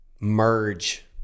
merge